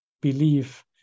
believe